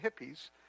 hippies